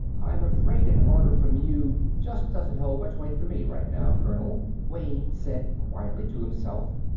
i'm afraid an order from you just doesn't hold much weight for me right now, colonel, wayne said quietly, to himself.